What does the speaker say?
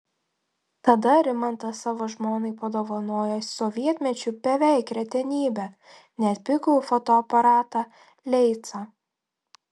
tada rimantas savo žmonai padovanojo sovietmečiu beveik retenybę nepigų fotoaparatą leica